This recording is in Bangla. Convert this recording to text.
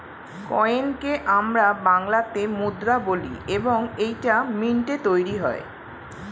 কয়েনকে আমরা বাংলাতে মুদ্রা বলি এবং এইটা মিন্টে তৈরী হয়